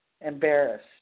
embarrassed